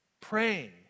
praying